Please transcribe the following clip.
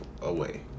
away